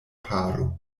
paro